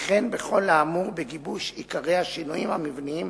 וכן בכל האמור בגיבוש עיקרי השינויים המבניים